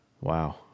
Wow